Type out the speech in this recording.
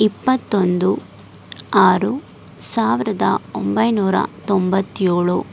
ಇಪ್ಪತ್ತೊಂದು ಆರು ಸಾವಿರದ ಒಂಬೈನೂರ ತೊಂಬತ್ತೇಳು